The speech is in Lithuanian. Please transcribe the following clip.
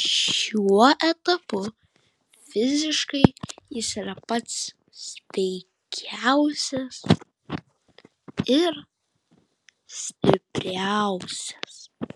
šiuo etapu fiziškai jis yra pats sveikiausias ir stipriausias